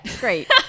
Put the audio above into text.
Great